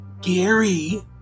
Gary